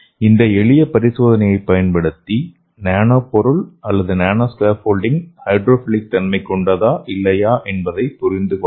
இந்த எளிய பரிசோதனையைப் பயன்படுத்தி நானோ பொருள் அல்லது நானோ ஸ்கேப்போல்டிங் ஹைட்ரோஃபிலிக் தன்மை கொண்டதா இல்லையா என்பதை புரிந்து கொள்ளலாம்